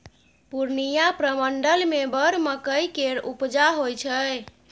पूर्णियाँ प्रमंडल मे बड़ मकइ केर उपजा होइ छै